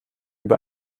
über